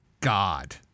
god